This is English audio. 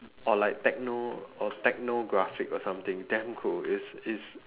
or like techno or techno graphic or something damn cool it's it's